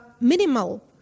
minimal